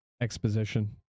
exposition